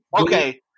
Okay